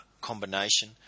combination